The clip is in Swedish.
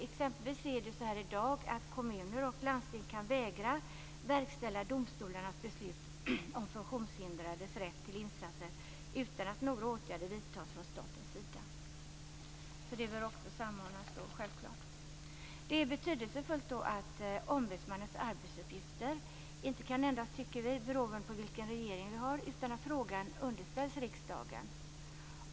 Exempelvis kan kommuner och landsting i dag vägra att verkställa domstolarnas beslut om funktionshindrades rätt till insatser utan att några åtgärder vidtas från statens sida. Detta bör självfallet också samordnas. Det är betydelsefullt att ombudsmannens arbetsuppgifter inte kan ändras beroende på vilken regering vi har utan att frågan underställs riksdagen.